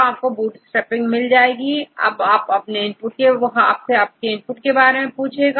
तो आपको बूटस्ट्रैपिंग मिल जाएगी यह आपसे इनपुट के बारे में पूछेगा